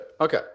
okay